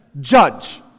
judge